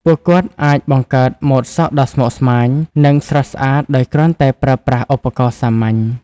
ពួកគាត់អាចបង្កើតម៉ូតសក់ដ៏ស្មុគស្មាញ និងស្រស់ស្អាតដោយគ្រាន់តែប្រើប្រាស់ឧបករណ៍សាមញ្ញ។